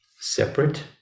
separate